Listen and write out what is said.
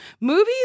movies